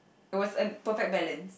it was a perfect balance